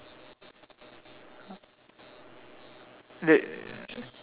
th~